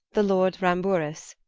the lord ramburs,